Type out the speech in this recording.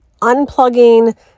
Unplugging